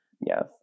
Yes